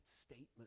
statement